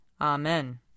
Amen